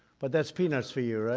but that's peanuts for you,